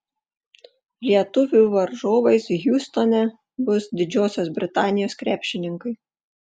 lietuvių varžovais hjustone bus didžiosios britanijos krepšininkai